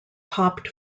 popped